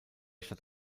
stadt